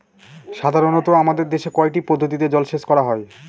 সাধারনত আমাদের দেশে কয়টি পদ্ধতিতে জলসেচ করা হয়?